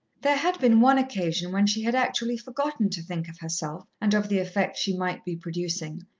there had been one occasion when she had actually forgotten to think of herself and of the effect she might be producing,